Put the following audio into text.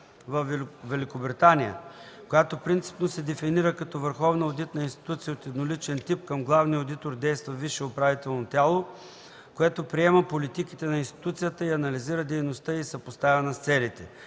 във Великобритания, която принципно се дефинира като върховна одитна институция от едноличен тип, към главния одитор действа висше управително тяло, което приема политиките на институцията и анализира дейността й, съпоставена с целите.